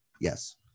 Yes